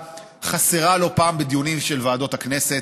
חסרה לא פעם בדיונים של ועדות הכנסת.